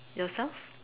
yourself